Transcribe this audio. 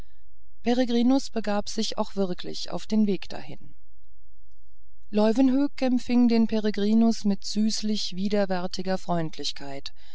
begab sich auch wirklich auf den weg dahin leuwenhoek empfing den peregrinus mit süßlich widerwärtiger freundlichkeit